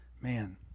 Man